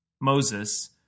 Moses